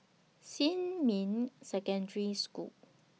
Xinmin Secondary School